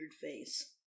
face